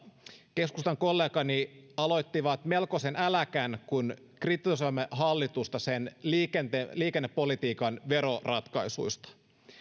keskustan kollegani aloittivat melkoisen äläkän kun kritisoimme hallitusta sen liikennepolitiikan veroratkaisuista